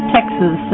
Texas